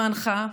למענך,